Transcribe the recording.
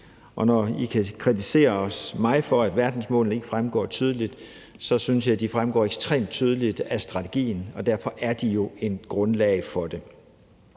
Og når I kan kritisere mig for, at verdensmålene ikke fremgår tydeligt, så vil jeg sige, at jeg synes, at de fremgår ekstremt tydeligt af strategien, og derfor er de jo et grundlag for den.